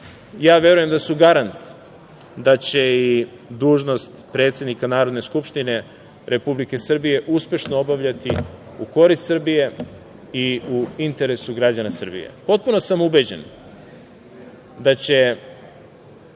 verujem da su garant da će i dužnost predsednika Narodne skupštine Republike Srbije uspešno obavljati u korist Srbije i u interesu građana Srbije. Potpuno sam ubeđen da će